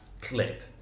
clip